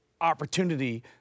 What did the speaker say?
opportunity